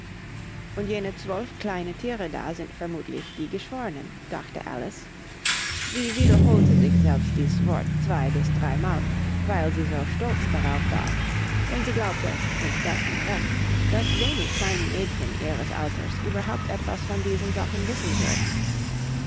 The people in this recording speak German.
und jene zwölf kleinen thiere da sind vermuthlich die geschwornen dachte alice sie wiederholte sich selbst dies wort zwei bis drei mal weil sie so stolz darauf war denn sie glaubte und das mit recht daß wenig kleine mädchen ihres alters überhaupt etwas von diesen sachen wissen würden